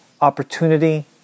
opportunity